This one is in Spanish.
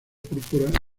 púrpura